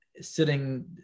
sitting